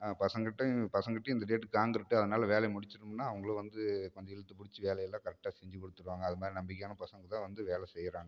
பசங்ககிட்டயும் பசங்ககிட்டயும் இந்த date concrete அதனால வேலையை முடிச்சுட்ருணும்னா அவங்களும் வந்து கொஞ்சம் இழுத்து பிடிச்சு வேலை எல்லாம் கரெக்டாக செஞ்சுக் கொடுத்துருவாங்க அது மாதிரி நம்பிக்கையான பசங்க தான் வந்து வேலை செய்கிறாங்க